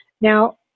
Now